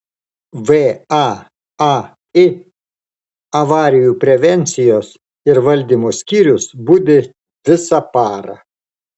vaai avarijų prevencijos ir valdymo skyrius budi visą parą